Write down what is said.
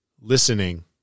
listening